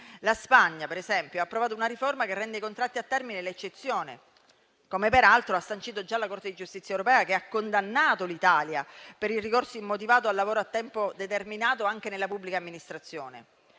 La Spagna, ad esempio, ha approvato una riforma che rende i contratti a termine l'eccezione, principio già sancito, peraltro, dalla Corte di giustizia europea, che ha condannato l'Italia per il ricorso immotivato al lavoro a tempo determinato anche nella pubblica amministrazione.